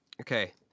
okay